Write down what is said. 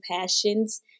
passions